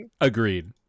Agreed